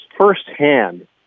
firsthand